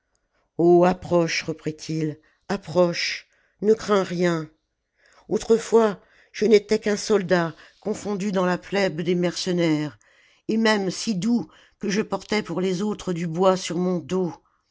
approche reprit-il approche ne crains rien autrefois je n'étais qu'un soldat confondu dans la plèbe des mercenaires et même si doux que je portais pour les autres du bois sur mon dos